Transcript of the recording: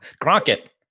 Crockett